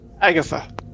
Agatha